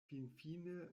finfine